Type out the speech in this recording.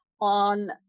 on